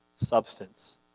substance